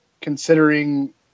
considering